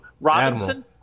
Robinson